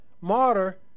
martyr